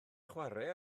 chwarae